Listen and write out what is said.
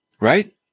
Right